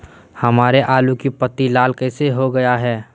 हमारे आलू की पत्ती लाल कैसे हो गया है?